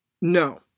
No